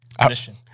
position